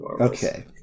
okay